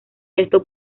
esto